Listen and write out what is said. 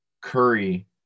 Curry